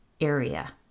area